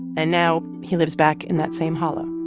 and now he lives back in that same hollow